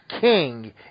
king